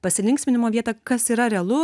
pasilinksminimo vietą kas yra realu